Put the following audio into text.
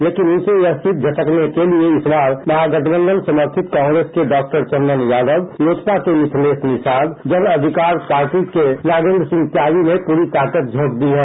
लेकिन उनसे यह सीट झटकने के लिए इस बार महागठबंधन समर्थित कांग्रेस के डॉ चंदन यादव लोजपा के मिथिलेश निषाद जन अधिकार पार्टी के नागेंद्र सिंह त्यागी ने पूरी ताकत झोंक दी है